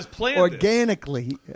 organically